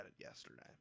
yesterday